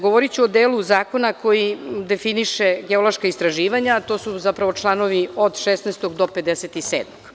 Govoriću o delu zakona koji definiše geološka istraživanja, a to su zapravo članovi od 16. do 57.